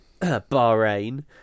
Bahrain